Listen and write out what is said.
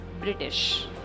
british